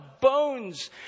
bones